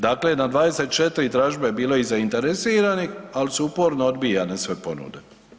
Dakle, na 24 dražbe je bilo i zainteresiranih, al su uporno odbijane sve ponude.